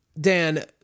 Dan